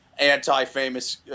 Anti-famous